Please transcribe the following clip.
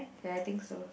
ya I think so